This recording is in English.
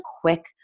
quick